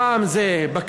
פעם זה בקניון,